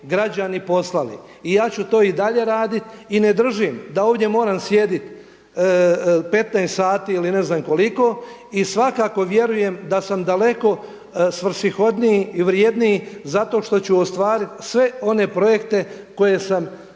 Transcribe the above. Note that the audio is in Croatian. I ja ću to i dalje raditi. I ne držim da ovdje moram sjediti 15 sati ili ne znam koliko i svakako vjerujem da sam daleko svrsishodniji i vrjedniji zato što ću ostvariti sve one projekte koje sam zajedno